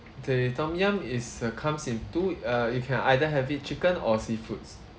the tom yum is uh comes in two err you can either have it chicken or seafoods